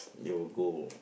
you will go